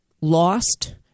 lost